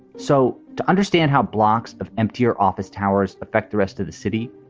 so to understand how blocks of empty your office towers affect the rest of the city,